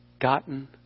gotten